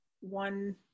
one